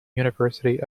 university